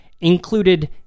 included